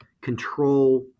control